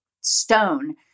stone